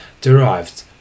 derived